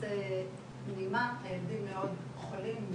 על ילדים מאוד חולים,